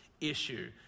issue